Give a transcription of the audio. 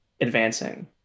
advancing